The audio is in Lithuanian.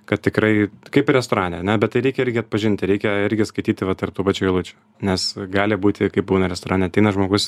kad tikrai kaip restorane ane bet tai reikia irgi atpažinti reikia irgi skaityti va tarp tų pačių eilučių nes gali būti kaip būna restorane ateina žmogus